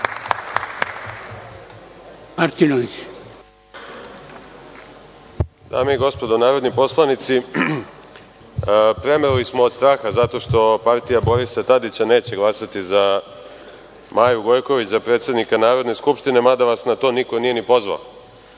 Martinović** Dame i gospodo narodni poslanici, premrli smo od straha zato što partija Borisa Tadića neće glasati za Maju Gojković za predsednika Narodne skupštine, mada vas na to niko nije ni